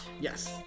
Yes